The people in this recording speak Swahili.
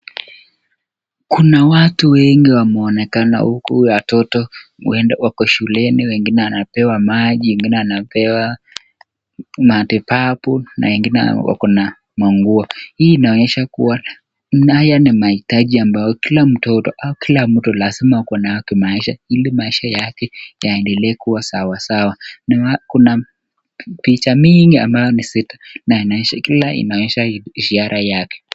Kuna watu wengi wameonekana huku watoto wko shuleni, wengine wanapewa maji, wengine wanapewa matibabu na wengine wako na manguo. Hii inaonyesha kuwa haya ni mahitaji ambayo kila mtoto au kila mtu lazima akuwe nayo kimaisha ili maisha yake yaendelee kuwa sawasawa. Kuna picha mingi ambayo ni sita na kila inaonyesha ishara yake.